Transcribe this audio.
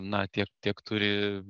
na tiek tiek turi